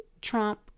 Trump